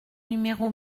numéro